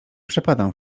przepadam